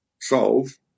solve